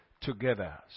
together